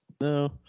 no